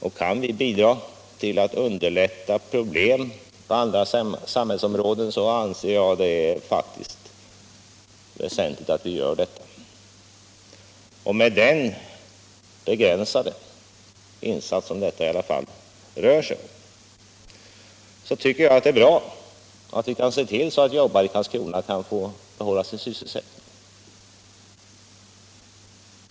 Kan vi där bidra till att underlätta lösandet av problem på andra samhällsområden anser jag det väsentligt att vi gör det. Med den begränsade insats som det i detta fall rör sig om tycker jag att det är bra att vi kan se till att arbetare i Karlskrona kan behålla sin sysselsättning.